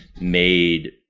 made